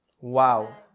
Wow